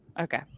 Okay